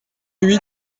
huit